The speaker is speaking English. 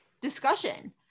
discussion